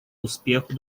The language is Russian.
успех